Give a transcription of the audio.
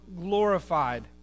glorified